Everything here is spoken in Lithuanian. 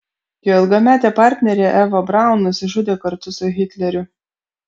jo ilgametė partnerė eva braun nusižudė kartu su hitleriu